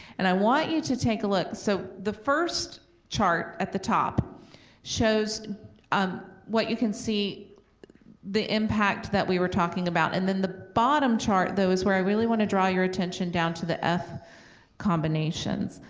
and i want you to take a look. so the first chart at the top shows um what you can see the impact that we were talking about, and then the bottom chart, though, is where i really wanna draw your attention down to the f combinations,